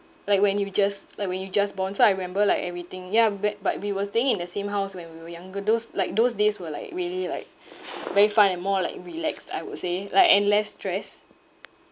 like when you just like when you just born so I remember like everything ya but but we were staying in the same house when we were younger those like those days were like really like very fun and more like relaxed I would say like and less stress